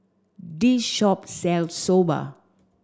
this shop sells Soba